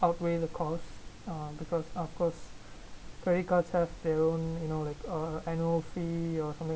outweigh the costs uh because of course credit cards have their own you know like uh annual fee or something